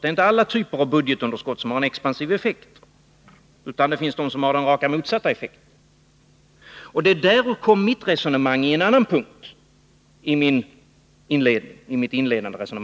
Det är inte alla typer av budgetunderskott som har en expansiv effekt, utan det finns de som har den rakt motsatta effekten. Det är på detta mitt resonemang i en annan punkt i mitt inledande anförande vilar.